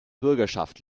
bürgerschaft